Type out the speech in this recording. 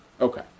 Okay